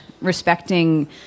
respecting